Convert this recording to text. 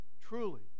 Truly